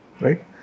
right